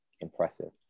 impressive